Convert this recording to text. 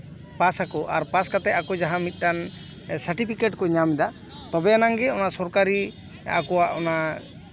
ᱯᱟᱥ ᱟᱠᱚ ᱯᱟᱥ ᱠᱟᱛᱮᱜ ᱡᱟᱦᱟᱸ ᱢᱤᱫᱴᱟᱱ ᱥᱟᱨᱴᱚᱯᱷᱤᱠᱮᱴ ᱠᱚ ᱧᱟᱢ ᱫᱟ ᱛᱚᱵᱮ ᱟᱱᱟᱝ ᱜᱮ ᱚᱱᱟ ᱥᱚᱨᱠᱟᱨᱤ ᱟᱠᱚᱣᱟᱜ ᱚᱱᱟ